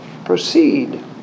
Proceed